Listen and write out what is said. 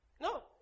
No